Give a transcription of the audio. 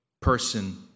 person